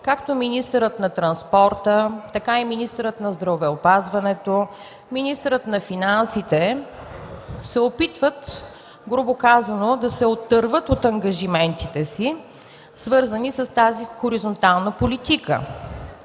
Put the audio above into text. както министърът на транспорта, така и министърът на здравеопазването, министърът на финансите се опитват, грубо казано, да се отърват от ангажиментите си, свързани с тази хоризонтална политика.